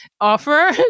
offer